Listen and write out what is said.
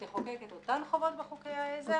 ותחוקק את אותם חובות בחוקי העזר.